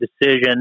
decision